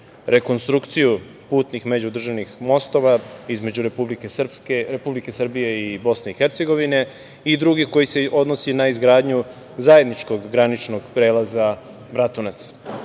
rekonstrukciju putnih međudržavnih mostova, između Republike Srpske i Republike Srbije i BiH, i drugi koji se odnosi na izgradnju zajedničkog graničnog prelaza Bratunac.Za